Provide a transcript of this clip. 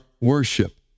worship